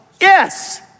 Yes